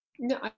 No